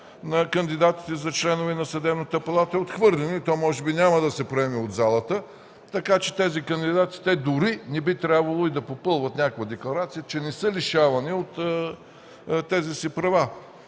на кандидатите за членове на Сметната палата е отхвърлено и може би няма да се приеме от залата, така че тези кандидати дори не би трябвало да попълват декларация, че са лишавани от тези си права.